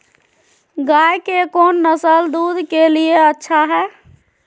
गाय के कौन नसल दूध के लिए अच्छा है?